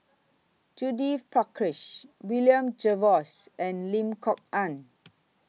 Judith Prakash William Jervois and Lim Kok Ann